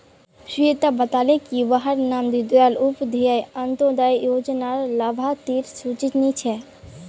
स्वेता बताले की वहार नाम दीं दयाल उपाध्याय अन्तोदय योज्नार लाभार्तिर सूचित नी छे